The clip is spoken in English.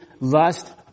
lust